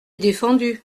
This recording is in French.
défendu